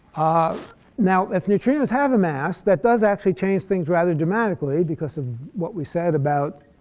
ah now, if neutrinos have a mass, that does actually change things rather dramatically because of what we said about